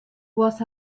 was